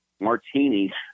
martini